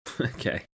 Okay